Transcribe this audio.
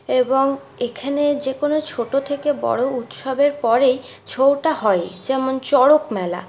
এবং এখানে যেকোনো ছোটো থেকে বড়ো উৎসবের পরেই ছৌটা হয়ই যেমন চরক মেলা